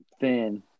thin